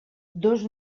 dos